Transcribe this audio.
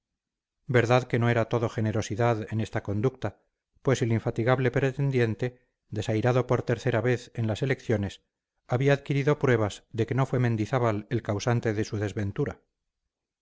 verdad que no era todo generosidad en esta conducta pues el infatigable pretendiente desairado por tercera vez en las elecciones había adquirido pruebas de que no fue mendizábal el causante de su desventura